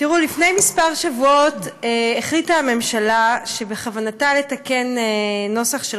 לפני כמה שבועות החליטה הממשלה שבכוונתה לתקן נוסח של